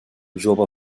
jove